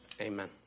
Amen